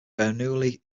bernoulli